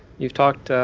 you've talked,